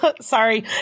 sorry